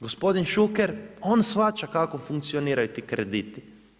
Gospodin Šuker, on shvaća kako funkcioniraju ti krediti.